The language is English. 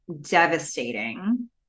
devastating